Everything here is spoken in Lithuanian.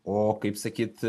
o kaip sakyt